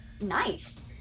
Nice